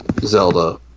Zelda